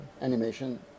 Animation